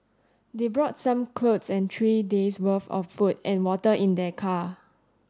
they brought some clothes and three days' worth of food and water in their car